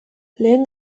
lehen